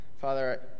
Father